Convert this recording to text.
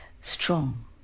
strong